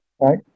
right